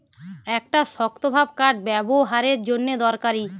একটা শক্তভাব কাঠ ব্যাবোহারের জন্যে দরকারি